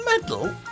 medal